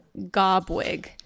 gobwig